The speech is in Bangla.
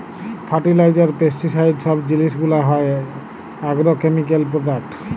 ফার্টিলাইজার, পেস্টিসাইড সব জিলিস গুলা হ্যয় আগ্রকেমিকাল প্রোডাক্ট